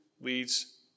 leads